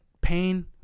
pain